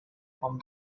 from